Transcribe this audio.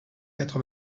quatre